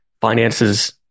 finances